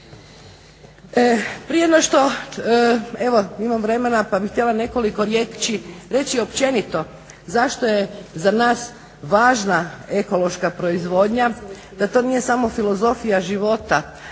Prije no što evo imam vremena pa bih htjela nekoliko riječi reći općenito zašto je za nas važna ekološka proizvodnja, da to nije samo filozofija života